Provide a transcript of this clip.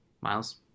Miles